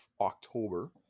October